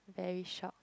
very sharp